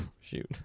shoot